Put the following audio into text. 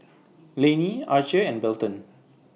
Layne Archer and Belton